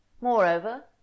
Moreover